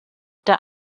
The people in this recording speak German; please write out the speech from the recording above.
der